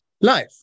life